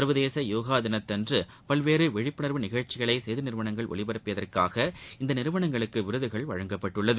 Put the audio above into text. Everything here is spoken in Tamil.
சர்வதேச யோகா தினத்தன்று பல்வேறு விழிப்புணர்வு நிகழ்ச்சிகளை செய்தி நிறுவனங்கள் ஒலிபரப்பியதற்காக இந்த நிறுவனங்களுக்கு விருதுகள் வழங்கப்பட்டுள்ளது